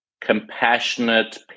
compassionate